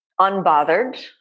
unbothered